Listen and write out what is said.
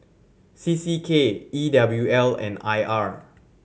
C C K E W L and I R